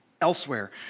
Elsewhere